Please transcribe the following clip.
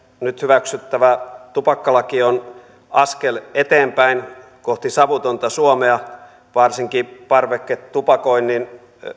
nyt hyväksyttävä tupakkalaki on askel eteenpäin kohti savutonta suomea varsinkin parveketupakoinnin